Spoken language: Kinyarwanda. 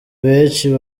benshi